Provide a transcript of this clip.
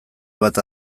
bat